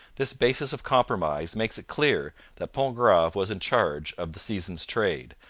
this basis of compromise makes it clear that pontgrave was in charge of the season's trade,